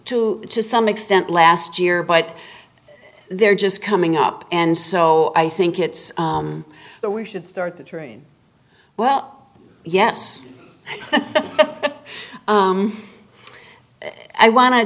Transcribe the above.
two to some extent last year but they're just coming up and so i think it's the we should start the train well yes but i wan